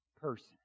person